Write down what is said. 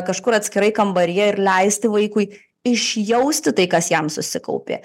kažkur atskirai kambaryje ir leisti vaikui išjausti tai kas jam susikaupė